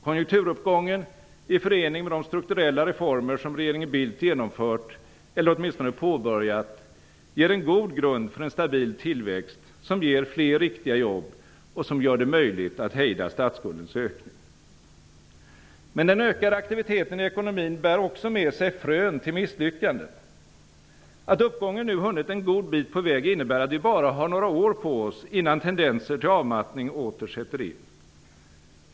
Konjunkturuppgången i förening med de strukturella reformer som regeringen Bildt genomfört eller åtminstone påbörjat ger en god grund för en stabil tillväxt, som ger fler riktiga jobb och som gör det möjligt att hejda statsskuldens ökning. Men den ökade aktiviteten i ekonomin bär också med sig frön till misslyckanden. Att uppgången nu hunnit en god bit på väg innebär att vi bara har några år på oss, innan tendenser till avmattning åter sätter in.